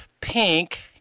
pink